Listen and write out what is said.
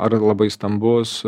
ar labai stambus